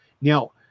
Now